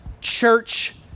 church